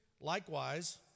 Likewise